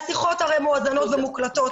השיחות הרי מואזנות ומוקלטות.